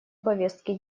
повестки